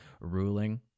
ruling